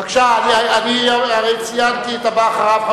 אני הרי ציינתי את הבא אחריו,